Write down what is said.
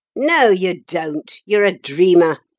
no, you don't you're a dreamer.